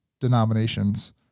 denominations